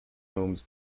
homes